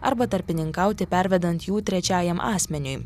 arba tarpininkauti pervedant jų trečiajam asmeniui